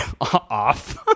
off